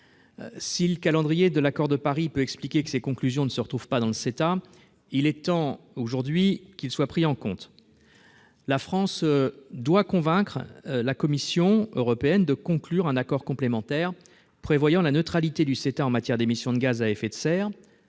Le calendrier de l'accord de Paris peut expliquer que ses conclusions ne se retrouvent pas dans le CETA, mais il est temps aujourd'hui qu'elles soient prises en compte. La France doit convaincre la Commission européenne de conclure un accord complémentaire prévoyant la neutralité du CETA en matière d'émissions de gaz à effet de serre,